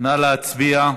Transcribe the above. נא להצביע.